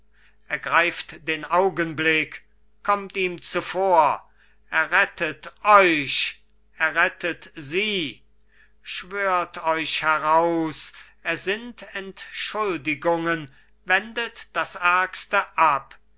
ergreift den augenblick kommt ihm zuvor errettet euch errettet sie schwört euch heraus ersinnt entschuldigungen wendet das ärgste ab